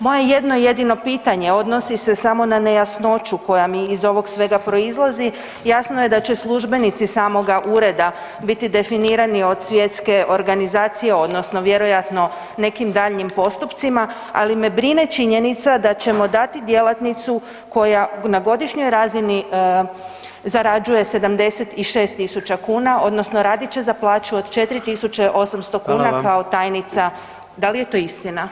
Moje jedno jedino pitanje odnosi se samo na nejasnoću koja mi iz ovog svega proizlazi, jasno je da će službenici samoga ureda biti definirani od Svjetske organizacije odnosno vjerojatno nekim daljnjim postupcima, ali me brine činjenica da ćemo dati djelatnicu koja na godišnjoj razini zarađuje 76.000 kuna odnosno radit će za plaću od 4.800 kao tajnica, da li je to istina?